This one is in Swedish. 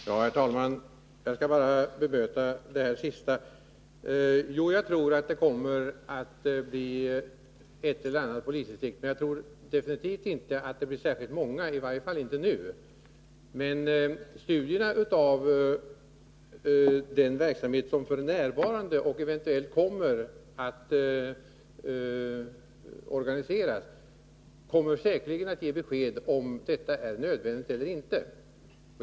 Herr talman! Jag skall bara bemöta det sista. Jo, jag tror att det kommer att Onsdagen den bli medborgarvittnen i ett eller annat polisdistrikt, men jag tror definitivt inte 4 april 1981 att det blir särskilt många — i varje fall inte nu. Studierna av den verksamhet som f. n. pågår och den som eventuellt kommer att organiseras ger säkerligen besked om huruvida detta är nödvändigt eller inte.